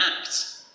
act